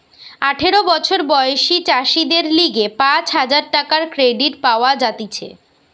আঠারো বছর বয়সী চাষীদের লিগে পাঁচ হাজার টাকার ক্রেডিট পাওয়া যাতিছে